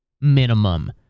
minimum